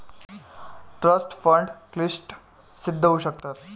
trust fund क्लिष्ट सिद्ध होऊ शकतात